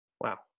Wow